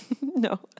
No